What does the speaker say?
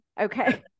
okay